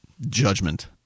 judgment